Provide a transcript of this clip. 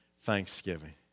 Thanksgiving